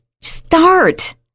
start